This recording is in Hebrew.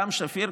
גם שפיר,